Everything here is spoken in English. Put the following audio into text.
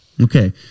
Okay